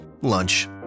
lunch